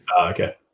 Okay